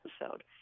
episode